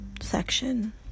section